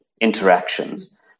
interactions